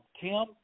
Tim